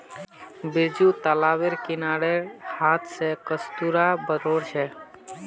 बिरजू तालाबेर किनारेर हांथ स कस्तूरा बटोर छ